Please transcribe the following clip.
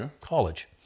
College